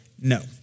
no